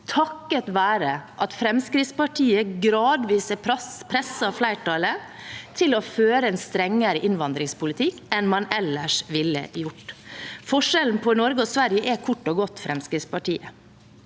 takket være at Fremskrittspartiet gradvis har presset flertallet til å føre en strengere innvandringspolitikk enn man ellers ville gjort. Forskjellen på Norge og Sverige er kort og godt Fremskrittspartiet.